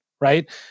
right